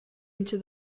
into